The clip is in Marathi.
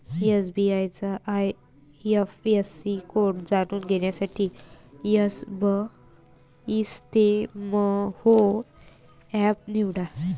एस.बी.आय चा आय.एफ.एस.सी कोड जाणून घेण्यासाठी एसबइस्तेमहो एप निवडा